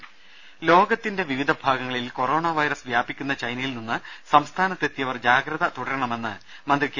ദേഴ ലോകത്തിന്റെ വിവിധ ഭാഗങ്ങളിൽ കൊറോണ വൈറസ് വ്യാപിക്കുന്ന ചൈനയിൽ നിന്നും സംസ്ഥാനത്ത് എത്തിയവർ ജാഗ്രത തുടരണമെന്ന് മന്ത്രി കെ